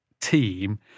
team